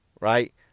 Right